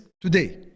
today